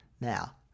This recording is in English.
Now